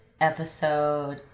episode